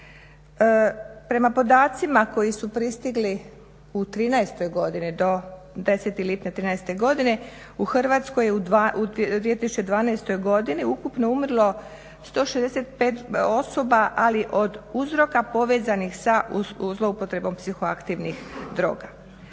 Prema podacima koji su pristigli u '13. godini, do 10. lipnja '13. godine, u Hrvatskoj u 2012. godini ukupno je umrlo 165 osoba, ali od uzroka povezanih sa zloupotrebom psihoaktivnih droga.